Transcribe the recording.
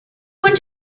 went